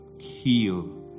Heal